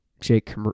Jake